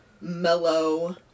mellow